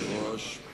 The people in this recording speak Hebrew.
אדוני היושב-ראש,